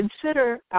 consider